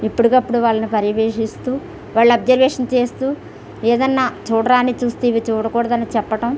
ఎప్పటికప్పుడు వాళ్ళని పర్యవేక్షిస్తూ వాళ్ళ అబ్జర్వేషన్ చేస్తూ ఏదైనా చూడరానిది చూస్తే ఇవి చూడకూడదని చెప్పడం